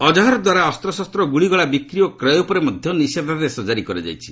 ଅଜ୍ହର୍ଦ୍ୱାରା ଅସ୍ତ୍ରଶସ୍ତ ଓ ଗୁଳିଗୋଳା ବିକ୍ରି ଓ କ୍ରୟ ଉପରେ ମଧ୍ୟ ନିଷେଧାଦେଶ ଜାରି କରାଯାଇଛି